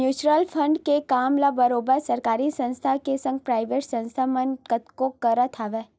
mutual fund के काम ल बरोबर सरकारी संस्था के संग पराइवेट संस्था मन तको करत हवय